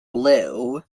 blue